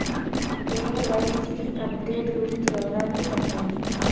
KYC update గురించి వివరాలు సెప్పండి?